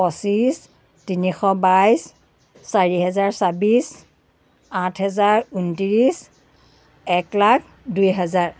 পঁচিছ তিনিশ বাইছ চাৰি হেজাৰ চাব্বিছ আঠ হেজাৰ ঊনত্ৰিছ এক লাখ দুই হাজাৰ